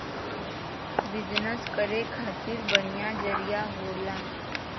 business करे खातिर बढ़िया जरिया होला